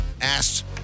asked